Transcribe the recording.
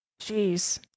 Jeez